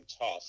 tough